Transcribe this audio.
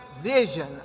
vision